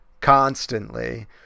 Constantly